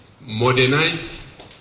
modernize